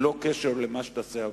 ללא קשר למה שתעשה הוועדה.